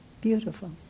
beautiful